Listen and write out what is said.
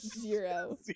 Zero